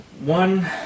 one